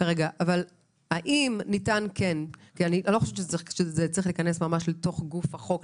אני לא חושבת שצריך להיכנס ממש לתוך גוף החוק,